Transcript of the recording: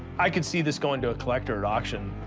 i can see this going to a collector at auction,